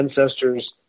ancestors